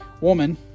Woman